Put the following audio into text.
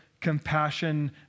compassion